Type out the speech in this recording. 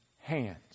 hands